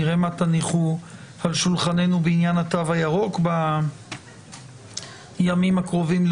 נראה מה תניחו על שולחננו בעניין התו הירוק בימים הקרובים.